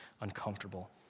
uncomfortable